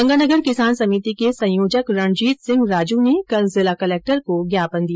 गंगानगर किसान समिर्ति के संयोजक रणजीतसिंह राजू ने कल जिला कलक्टर को ज्ञापन दिया